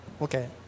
okay